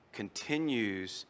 continues